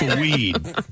weed